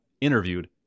interviewed